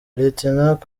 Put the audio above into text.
lieutenant